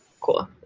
Cool